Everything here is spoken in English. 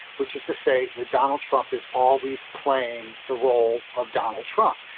which is to say the donald trump is always playing the role of donald trump.